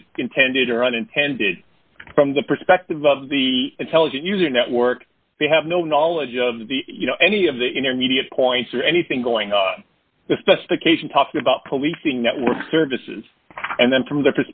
is intended or unintended from the perspective of the intelligent user network they have no knowledge of the you know any of the intermediate points or anything going on the specification talking about policing network services and then from th